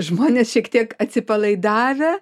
žmonės šiek tiek atsipalaidavę